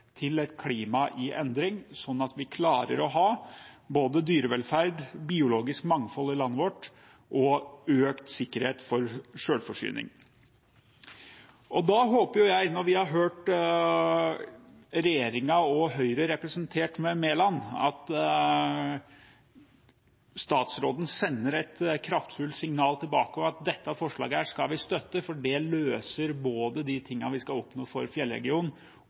til et klima i endring, sånn at vi klarer å ha både dyrevelferd, biologisk mangfold i landet vårt og økt sikkerhet for selvforsyning. Da håper jeg – når vi har hørt regjeringen og Høyre representert ved Monica Mæland – at statsråden sender et kraftfullt signal tilbake om at man skal støtte dette forslaget, for det løser både de tingene vi skal oppnå for fjellregionen,